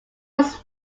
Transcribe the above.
was